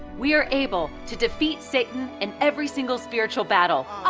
we're able to defeat satan in every single spiritual battle,